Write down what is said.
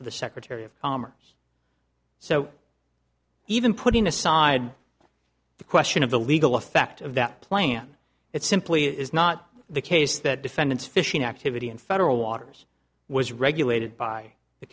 for the secretary of commerce so even putting aside the question of the legal effect of that plan it simply is not the case that defendants fishing activity in federal waters was regulated by the